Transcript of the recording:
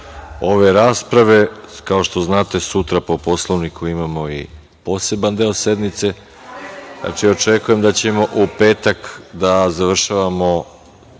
ove rasprave. Kao što znate, sutra po Poslovniku imamo i poseban deo sednice, znači očekujem da ćemo u petak da završavamo